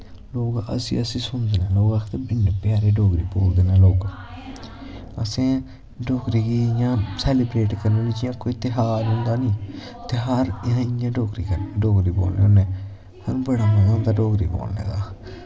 लोग हस्सी हस्सी सुनदे न लोग आखदे इन्नी प्यारी बोलदे नै लोग असैं डोगरी गी इयां सैलीब्रेट करना जियां कोई ध्यार होंदा नी ध्यार इयां डोगरी बोलने होनें साह्नू बड़ा मज़ा आंदा डोगरी बोलने दा